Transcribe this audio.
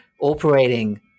operating